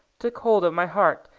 took hold of my heart,